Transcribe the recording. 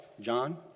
John